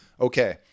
okay